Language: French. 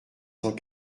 cent